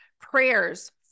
prayers